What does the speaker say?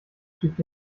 schiebt